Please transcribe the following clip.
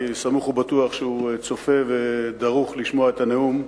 אני סמוך ובטוח שהוא צופה ודרוך לשמוע את הנאום.